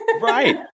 Right